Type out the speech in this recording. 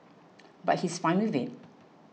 but he's fine with it